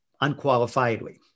unqualifiedly